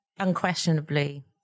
Unquestionably